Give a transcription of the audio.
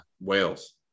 Wales